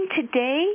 today